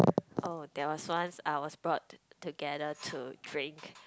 oh there was once I was brought together to drink